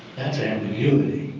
that's ambiguity,